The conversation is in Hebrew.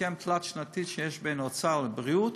בהסכם התלת-שנתי שבין האוצר לבריאות,